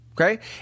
Okay